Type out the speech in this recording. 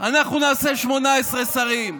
אנחנו נעשה 18 שרים?